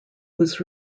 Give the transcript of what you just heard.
was